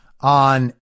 on